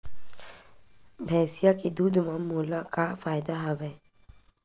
भैंसिया के दूध म मोला का फ़ायदा हवय?